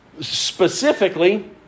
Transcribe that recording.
specifically